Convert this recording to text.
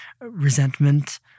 resentment